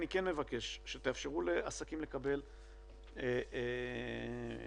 אני כן מבקש שתאפשרו לעסקים לקבל תשלום